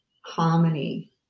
harmony